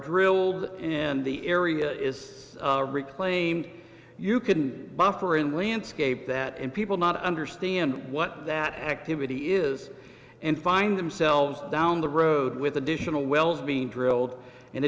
drilled in the area is reclaimed you can buffer and wind scape that and people not understand what that activity is and find themselves down the road with additional wells being drilled an